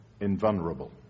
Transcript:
invulnerable